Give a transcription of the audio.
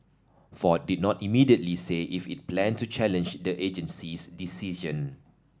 Ford did not immediately say if it planned to challenge the agency's decision